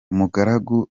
umugaragu